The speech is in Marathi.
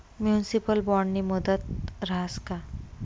म्युनिसिपल बॉन्डनी मुदत रहास का?